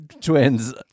twins